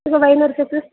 ഇപ്പോൾ വൈകുന്നേരത്തേക്ക്